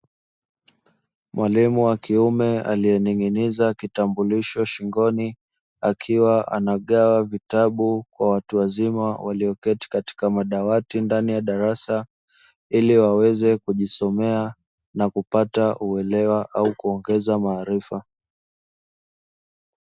Mwalimu wa kiume aliyening'iniza kitambulisho shingoni, akiwa anagawa vitabu kwa watu wazima waliyoketi katika madawati ndani ya darasa, ili waweze kujisomea na kupata uelewa au kuongeza maarifa.